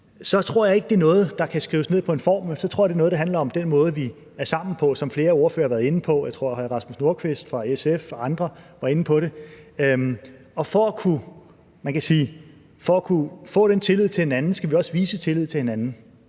Det tror jeg ikke er noget, der kan skrives ned på en formel. Jeg tror, det er noget, der handler om den måde, vi er sammen på, sådan som flere ordførere har været inde på. Jeg tror, at hr. Rasmus Nordqvist fra SF og andre var inde på det. For at kunne få den tillid til hinanden skal vi også vise tillid til hinanden.